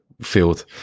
Field